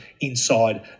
inside